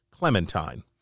Clementine